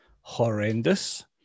horrendous